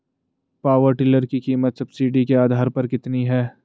Power tiller की कीमत subsidy के आधार पर कितनी है?